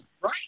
Right